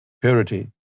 purity